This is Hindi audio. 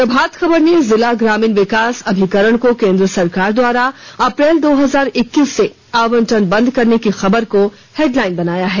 प्रभात खबर ने जिला ग्रामीण विकास अभिकरण को केंद्र सरकार द्वारा अप्रैल दो हजार इक्कीस से आवंटन बन्द करने की खबर को हेडलाइन बनाया है